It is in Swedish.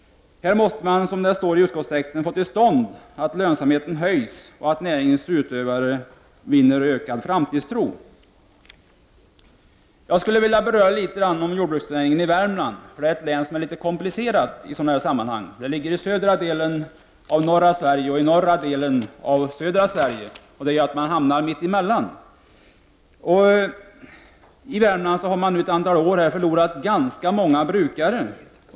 Här måste man, som det står i utskottstexten, få till stånd att lönsamheten höjs och att näringens utövare vinner ökad framtidstro. Jag skulle också vilja beröra jordbruksnäringen i Värmland. Värmland är litet komplicerat. Det ligger i södra delen av norra Sverige och i norra delen av södra Sverige. Det gör att man hamnar mitt emellan. I Värmland har man nu under ett antal år förlorat ganska många jordbrukare.